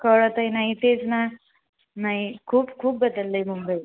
कळतही नाही तेच ना नाही खूप खूप बदललं आहे मुंबई